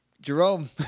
Jerome